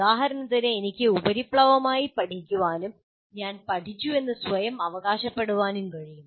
ഉദാഹരണത്തിന് എനിക്ക് ഉപരിപ്ലവമായി പഠിക്കാനും ഞാൻ പഠിച്ചുവെന്ന് സ്വയം അവകാശപ്പെടാനും കഴിയും